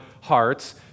hearts